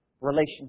relationship